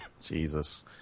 Jesus